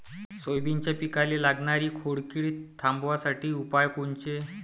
सोयाबीनच्या पिकाले लागनारी खोड किड थांबवासाठी उपाय कोनचे?